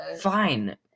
Fine